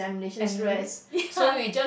and the there ya